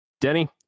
Denny